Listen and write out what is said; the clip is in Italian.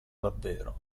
davvero